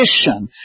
mission